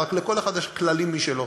רק לכל אחד יש כללים משלו.